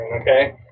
okay